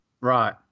Right